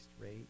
rate